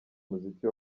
muziki